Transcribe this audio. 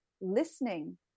listening